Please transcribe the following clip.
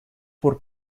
por